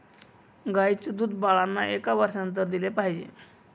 गाईचं दूध बाळांना एका वर्षानंतर दिले पाहिजे